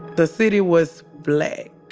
the city was black.